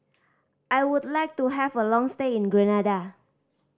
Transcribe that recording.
I would like to have a long stay in Grenada